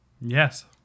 Yes